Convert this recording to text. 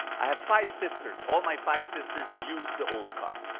i have five sisters, all my five sisters used the old car.